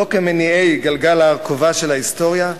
לא כמניעי גלגל הארכובה של ההיסטוריה,